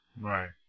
Right